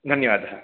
धन्यवादः